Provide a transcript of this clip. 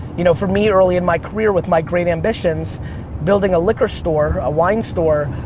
you know for me early in my career with my great ambitions building a liquor store, a wine store,